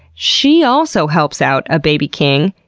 she also helps out a baby king,